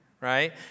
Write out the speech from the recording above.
right